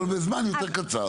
אבל בזמן יותר קצר.